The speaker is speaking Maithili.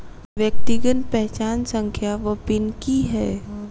व्यक्तिगत पहचान संख्या वा पिन की है?